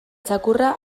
txakurra